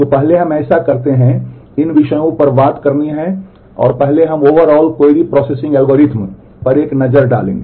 तो पहले हमें ऐसा करते हैं इन विषयों पर बात करनी है और पहले हम ओवरआल क्वेरी प्रोसेसिंग एल्गोरिथ्म पर एक नज़र डालेंगे